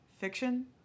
fiction